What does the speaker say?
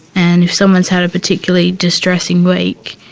and if someone's had a particularly distressing week,